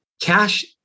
Cash